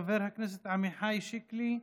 חבר הכנסת עמיחי שיקלי,